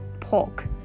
pork